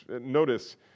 Notice